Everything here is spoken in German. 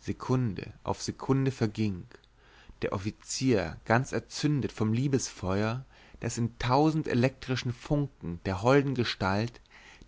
sekunde auf sekunde verging der offizier ganz entzündet vom liebesfeuer das in tausend elektrischen funken der holden gestalt